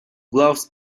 gloves